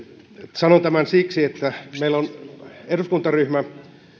sanon tämän siksi että meillä on eduskuntaryhmä